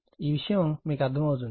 ఈ విషయం మీకు అర్థమవుతుంది